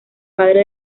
padre